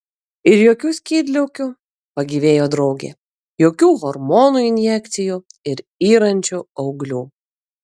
ir jokių skydliaukių pagyvėjo draugė jokių hormonų injekcijų ir yrančių auglių